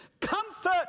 Comfort